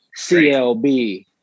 CLB